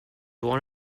one